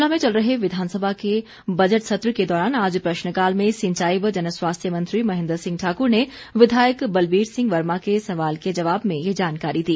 शिमला में चल रहे विधानसभा के बजट सत्र के दौरान आज प्रश्नकाल में सिंचाई व जनस्वास्थ्य मंत्री महेन्द्र सिंह ठाक्र ने विधायक बलवीर सिंह वर्मा के सवाल के जवाब में ये जानकारी दी